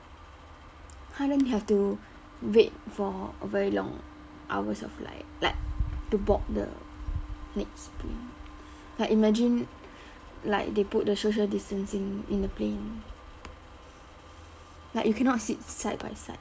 !huh! then have to wait for very long hours of like like to board the next plane like imagine like they put the social distancing in the plane like you cannot sit side by side